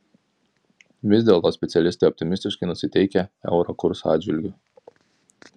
vis dėlto specialistai optimistiškai nusiteikę euro kurso atžvilgiu